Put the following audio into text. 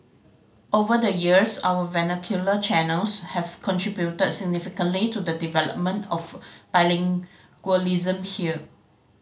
over the years our vernacular channels have contributed significantly to the development of bilingualism here